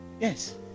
Yes